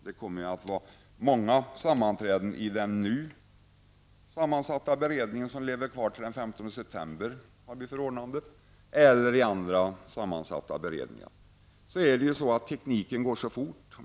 Det kommer att vara många sammanträden i den nu sammansatta beredningen -- som har förordnande till den 15 Tekniken utvecklas fort.